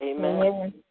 Amen